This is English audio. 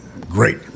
great